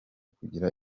kugira